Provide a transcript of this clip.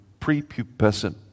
prepubescent